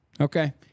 Okay